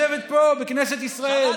לשבת פה בכנסת ישראל.